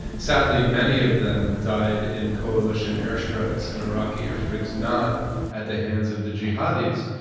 sadly, many of them died in coalition airstrikes and iraqi airstrikes, not at the hands of the jihadis.